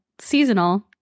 seasonal